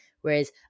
Whereas